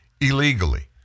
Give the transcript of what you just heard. illegally